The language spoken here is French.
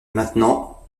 maintenant